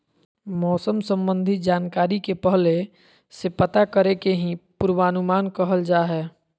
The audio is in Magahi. मौसम संबंधी जानकारी के पहले से पता करे के ही पूर्वानुमान कहल जा हय